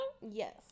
Yes